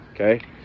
okay